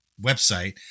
website